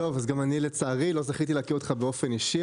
גם אני לצערי לא זכיתי להכיר אותך באופן אישי.